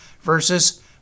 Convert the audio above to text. versus